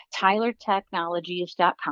TylerTechnologies.com